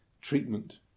treatment